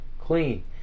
clean